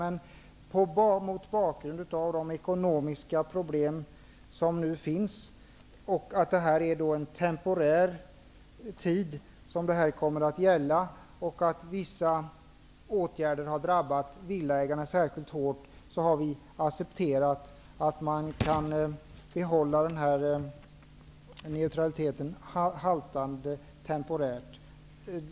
Mot bakgrund av de ekonomiska problem som nu finns och av att vissa åtgärder har drabbat villaägarna särskilt hårt, har vi accepterat att behålla neutraliteten haltande temporärt.